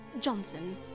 Johnson